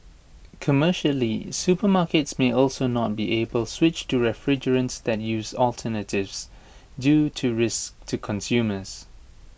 commercially supermarkets may also not be able switch to refrigerants that use these alternatives due to risks to consumers